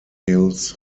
hills